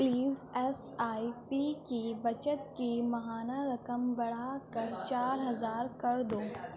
please S I P کی بچت کی ماہانہ رقم بڑھا کر چار ہزار کر دو